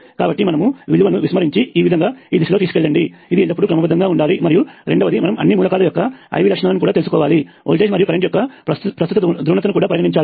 కాబట్టి మనము విలువను విస్మరించి ఈ విధంగా ఈ దిశలో తీసుకెళ్లండి ఇది ఎల్లప్పుడూ క్రమబద్ధంగా ఉండాలి మరియు రెండవది మనము అన్ని మూలకాల యొక్క IV లక్షణాలను కూడా తెలుసుకోవాలి వోల్టేజ్ మరియు కరెంట్ యొక్క ప్రస్తుత ధ్రువణత కూడా పరిగణించాలి